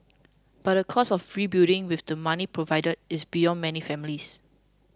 but the cost of rebuilding with the money provided is beyond many families